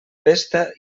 pesta